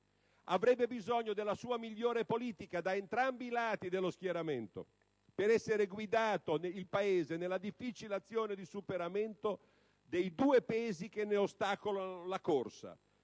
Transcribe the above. avrebbe bisogno della sua migliore politica da entrambi i lati dello schieramento per essere guidato nella difficile azione di superamento dei due pesi che ne ostacolano la corsa: